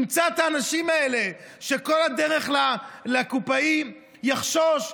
ימצא את האנשים האלה שכל הדרך לקופאי חוששים,